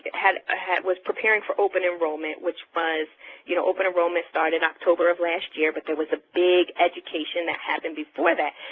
and was preparing for open enrollment, which was you know, open enrollment started october of last year but there was a big education that happened before that.